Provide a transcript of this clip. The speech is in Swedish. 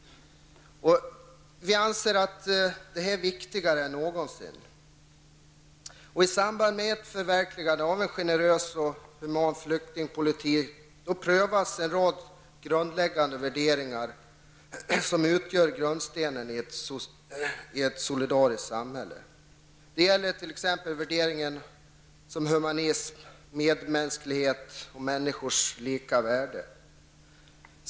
Vi anser att detta nu är viktigare än någonsin. I samband med förverkligandet av en generös och human flyktingpolitik prövas en rad grundläggande värderingar som utgör grundstenen i ett solidariskt samhälle. Det gäller t.ex. värderingar som humanism, medmänsklighet och alla människors lika värde.